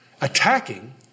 attacking